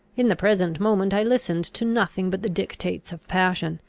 in the present moment i listened to nothing but the dictates of passion,